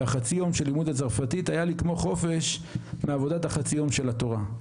חצי היום של לימוד הצרפתית היה לי כמו חופש מעבודת החצי יום של התורה".